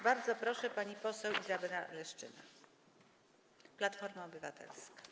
Bardzo proszę, pani poseł Izabela Leszczyna, Platforma Obywatelska.